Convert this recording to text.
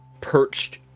perched